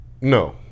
No